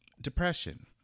depression